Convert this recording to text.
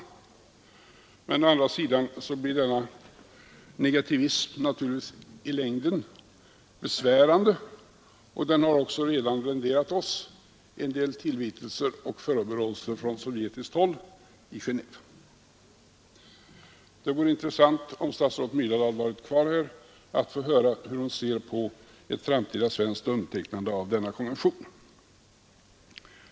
Å andra sidan blir denna negativism naturligtvis besvärande i längden, och den har också redan renderat oss en del tillvitelser och förebråelser från sovjetiskt håll i Genéve. Det hade varit intressant — om statsrådet Myrdal hade varit kvar här — att få höra hur hon ser på ett framtida svenskt undertecknande av denna konvention.